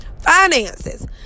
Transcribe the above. finances